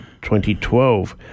2012